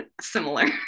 similar